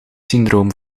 symptoom